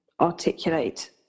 articulate